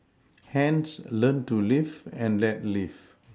hence learn to live and let live